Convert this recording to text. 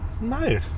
No